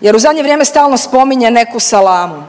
jer u zadnje vrijeme stalno spominje neku salamu.